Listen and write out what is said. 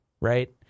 right